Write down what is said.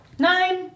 Nine